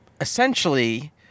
essentially